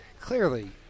clearly